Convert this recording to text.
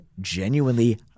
genuinely